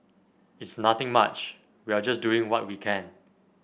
it's nothing much we are just doing what we can